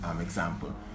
example